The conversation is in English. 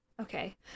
Okay